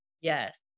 Yes